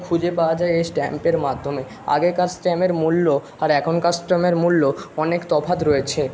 খুঁজে পাওয়া যায় এই স্ট্যাম্পের মাধ্যমে আগেকার স্ট্যামের মূল্য আর এখনকার স্ট্যামের মূল্য অনেক তফাৎ রয়েছে